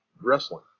wrestling